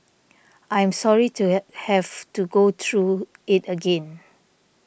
I am sorry to have to go through it again